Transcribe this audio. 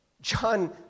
John